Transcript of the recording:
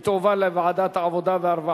ואם היא תתקבל היא תועבר לוועדת העבודה והרווחה.